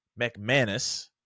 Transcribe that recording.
McManus